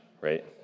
right